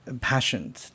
passion